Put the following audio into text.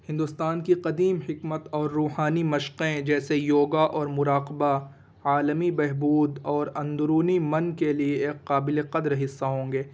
ہندوستان کی قدیم حکمت اور روحانی مشقیں جیسے یوگا اور مراقبہ عالمی بہبود اور اندرونی من کے لیے ایک قابل قدر حصہ ہوں گے